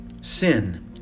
Sin